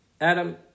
Adam